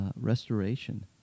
restoration